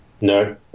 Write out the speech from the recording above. No